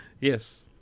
Yes